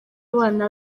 abana